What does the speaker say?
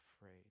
afraid